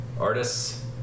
Artists